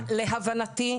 להבנתי,